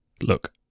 Look